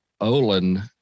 Olin